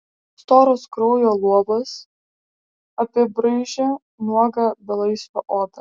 storas kraujo luobas apibraižė nuogą belaisvio odą